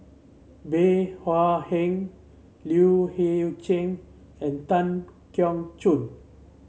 Bey Hua Heng Liu Hei Cheng and Tan Keong Choon